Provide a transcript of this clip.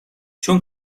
چون